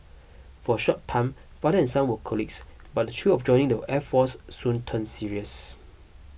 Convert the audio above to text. for a short time father and son were colleagues but the thrill of joining the air force soon turn serious